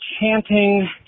chanting